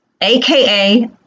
aka